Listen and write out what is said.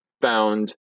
found